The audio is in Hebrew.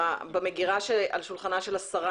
על שולחנה של השרה?